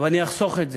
ואני אחסוך את זה,